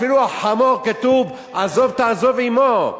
אפילו על חמור כתוב: עזוב תעזוב עמו.